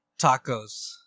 Tacos